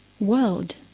World